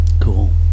Cool